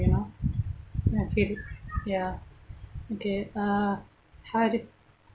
you know I feel ya okay uh how do you